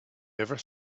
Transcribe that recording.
never